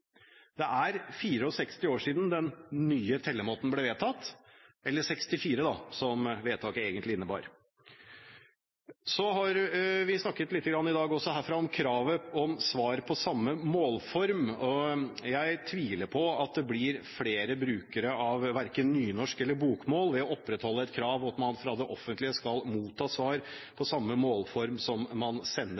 Det er fireogseksti år siden den «nye» tellemåten ble vedtatt – eller sekstifire, som vedtaket egentlig innebar. Så har vi snakket litt i dag herfra om kravet om svar i samme målform. Jeg tviler på at det blir flere brukere av verken nynorsk eller bokmål ved å opprettholde et krav om at man fra det offentlige skal motta svar på samme målform som man sender